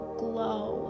glow